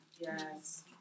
Yes